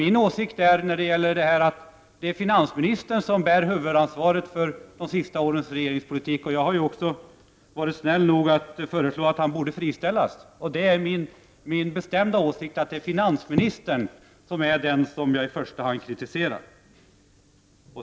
Min åsikt är att finansministern bär huvudansvaret för de senaste årens regeringspolitik. Jag har också varit snäll nog att föreslå att han borde friställas. Det är min bestämda åsikt att det är finansministern som jag i första hand kritiserar.